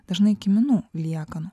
dažnai kiminų liekanų